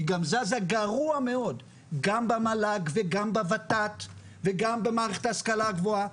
היא גם זזה גרוע מאוד גם במל"ג וגם בות"ת וגם במערכת ההשכלה הגבוהה,